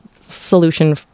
solution